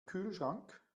kühlschrank